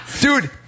Dude